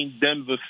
Denver